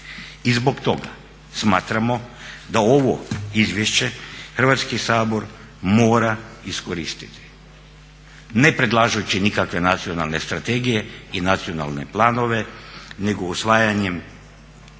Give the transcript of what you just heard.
I zbog toga smatramo da ovo izvješće Hrvatski sabor mora iskoristiti ne predlažući nikakve nacionalne strategije i nacionalne planove nego usvajanjem zaključka